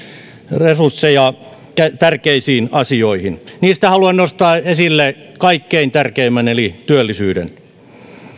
resursseja tärkeisiin asioihin niistä haluan nostaa esille kaikkein tärkeimmän eli työllisyyden